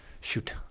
shoot